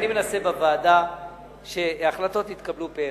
אני מנסה בוועדה שהחלטות יתקבלו פה-אחד,